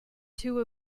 two